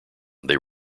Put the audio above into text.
they